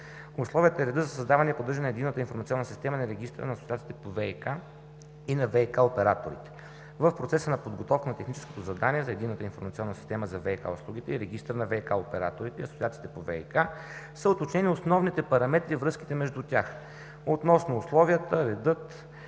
условията и реда за създаване и поддържане на Единната информационна система на регистъра на асоциациите по ВиК и на ВиК операторите. В процеса на подготовка на техническото задание за Единната информационна система за ВиК услугите и Регистър на ВиК и асоциациите по ВиК са уточнени основните параметри и връзките между тях относно условията, реда